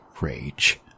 rage